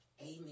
Amen